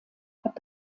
hat